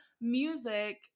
music